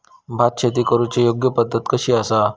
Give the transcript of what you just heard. भात शेती करुची योग्य पद्धत कशी आसा?